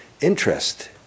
interest